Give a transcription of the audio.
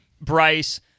Bryce